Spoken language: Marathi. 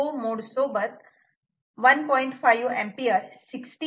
5 A 60 V step down DC DC converter 1